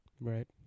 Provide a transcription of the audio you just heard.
Right